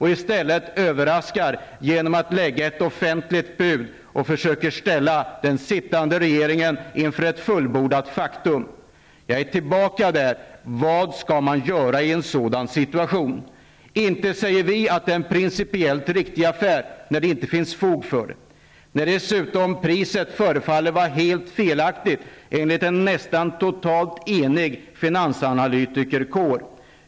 I stället överraskar man genom att lägga ett offentligt bud och försöka ställa den sittande regeringen inför ett fullbordat faktum. Jag kommer tillbaka till frågan: Vad skall man göra i en sådan situation? Inte säger vi att det är en principiellt riktig affär när det inte finns fog för det och när priset förefaller vara helt felaktigt enligt en nästan totalt enig finansanalytikerkår.